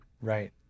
right